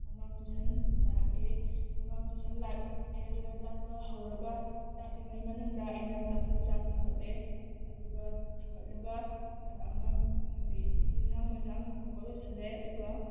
ꯑꯉꯥꯡ ꯇꯨꯁꯟ ꯂꯥꯛꯑꯦ ꯑꯉꯥꯡ ꯇꯨꯁꯟ ꯂꯥꯛꯑꯦ ꯑꯗꯨꯒ ꯇꯥꯛꯄ ꯍꯧꯔꯒ ꯇꯥꯛꯂꯤꯉꯩ ꯃꯅꯨꯡꯗ ꯑꯩꯅ ꯆꯐꯨ ꯆꯥꯛ ꯊꯥꯡꯒꯠꯂꯦ ꯑꯗꯨꯒ ꯊꯥꯡꯒꯠꯂꯒ ꯑꯉꯥꯡ ꯌꯦꯟꯁꯥꯡ ꯃꯩꯁꯥꯡ ꯊꯣꯡꯕ ꯂꯣꯏꯁꯤꯜꯂꯦ ꯑꯗꯨꯒ